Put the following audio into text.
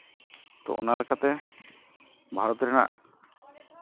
ᱛᱚ ᱚᱱᱟ ᱞᱮᱠᱟᱛᱮ ᱵᱷᱟᱨᱚᱛ ᱨᱮᱱᱟᱜ